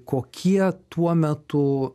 kokie tuo metu